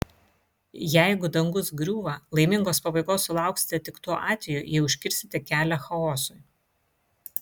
jeigu dangus griūva laimingos pabaigos sulauksite tik tuo atveju jei užkirsite kelią chaosui